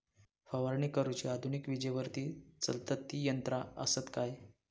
फवारणी करुची आधुनिक विजेवरती चलतत ती यंत्रा आसत काय?